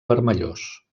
vermellós